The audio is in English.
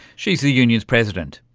she's the union's president.